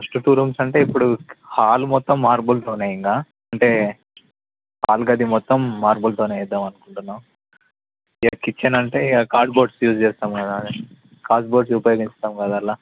first two rooms అంటే ఇప్పుడు hall మొత్తం మార్బుల్తోనే ఇంకా అంటే హాల్ గది మొత్తం మార్బులతోనే వేద్దాం అనుకుంటున్నాం ఇక కిచెన్ అంటే ఇక కార్డ్ బోర్డ్స్ యూజ్ చేస్తాము కదా కార్డ్ బోర్డ్స్ ఉపయోగిస్తాము కదా అందుల